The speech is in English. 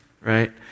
right